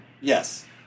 Yes